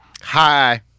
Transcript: Hi